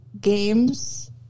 games